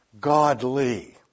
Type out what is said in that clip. godly